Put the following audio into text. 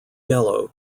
yellow